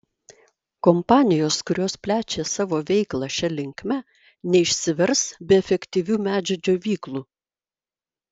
kompanijos kurios plečia savo veiklą šia linkme neišsivers be efektyvių medžio džiovyklų